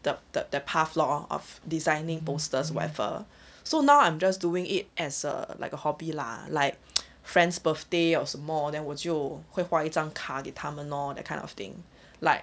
the the the path lor of designing posters whatever so now I'm just doing it as a like a hobby lah like friends birthday 什么 then 我就会画一张卡给他们 lor that kind of thing like